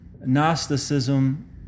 Gnosticism